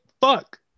Fuck